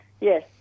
yes